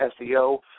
SEO